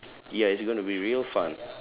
ya it's gonna be real fun